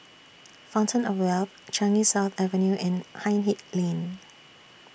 Fountain of Wealth Changi South Avenue and Hindhede Lane